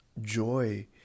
joy